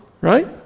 right